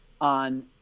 on